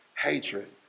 hatred